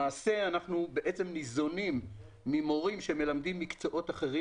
למעשה אנחנו ניזונים ממורים שמלמדים מקצועות אחרים